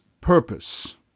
purpose